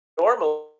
Normally